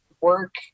work